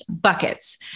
buckets